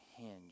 hinge